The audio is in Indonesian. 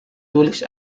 tulis